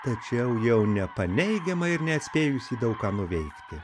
tačiau jau nepaneigiamai nespėjusi daug ką nuveikti